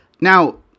Now